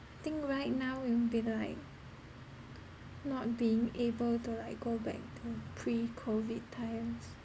think right now it'll be like not being able to like go back to pre COVID times